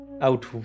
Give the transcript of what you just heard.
out